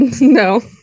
no